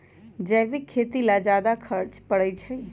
जैविक खेती ला ज्यादा खर्च पड़छई?